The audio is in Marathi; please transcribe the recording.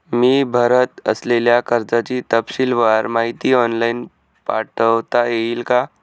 मी भरत असलेल्या कर्जाची तपशीलवार माहिती ऑनलाइन पाठवता येईल का?